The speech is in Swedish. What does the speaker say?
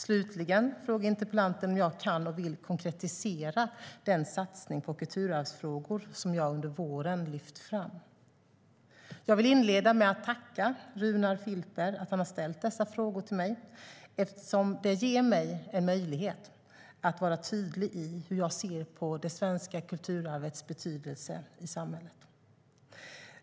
Slutligen frågar interpellanten om jag kan och vill konkretisera den satsning på kulturarvsfrågor som jag under våren lyft fram. Jag vill inleda med att tacka Runar Filper för att han ställt dessa frågor till mig, eftersom det ger mig möjlighet att vara tydlig i hur jag ser på det svenska kulturarvets betydelse i samhället.